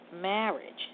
marriage